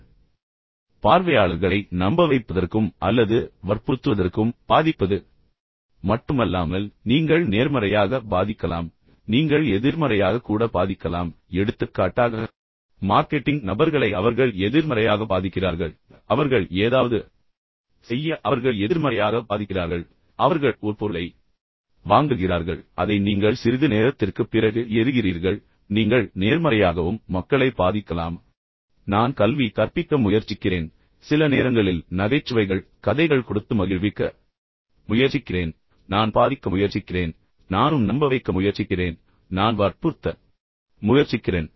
பின்னர் அது தூண்டுவது மட்டுமல்லாமல் பார்வையாளர்களை நம்ப வைப்பதற்கும் அல்லது வற்புறுத்துவதற்கும் பாதிப்பது மட்டுமல்லாமல் நீங்கள் நேர்மறையாக பாதிக்கலாம் நீங்கள் எதிர்மறையாக கூட பாதிக்கலாம் எடுத்துக்காட்டாக மார்க்கெட்டிங் நபர்களை அவர்கள் எதிர்மறையாக பாதிக்கிறார்கள் அவர்கள் ஏதாவது செய்ய அவர்கள் எதிர்மறையாக பாதிக்கிறார்கள் அவர்கள் ஒரு பொருளை வாங்குகிறார்கள் அதை நீங்கள் சிறிது நேரத்திற்குப் பிறகு எறிகிறீர்கள் ஆனால் நீங்கள் நேர்மறையாகவும் மக்களை பாதிக்கலாம் எடுத்துக்காட்டாக நான் கல்வி கற்பிக்க முயற்சிக்கிறேன் சில நேரங்களில் நான் உங்களை நகைச்சுவைகள் கதைகள் கொடுத்து மகிழ்விக்க முயற்சிக்கிறேன் ஆனால் நான் பாதிக்க முயற்சிக்கிறேன் நானும் நம்ப வைக்க முயற்சிக்கிறேன் மேலும் நான் வற்புறுத்த முயற்சிக்கிறேன்